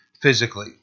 physically